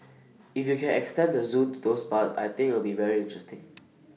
if you can extend the Zoo to those parts I think it'll be very interesting